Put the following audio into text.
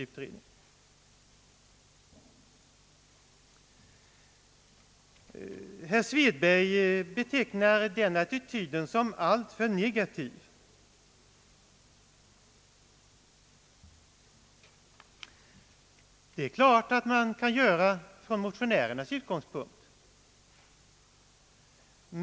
Herr Svedberg betecknar den attityden som alltför negativ, och det är klart att man kan göra det från motionärernas utgångspunkt.